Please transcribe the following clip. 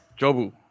Jobu